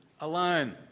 alone